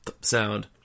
sound